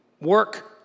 work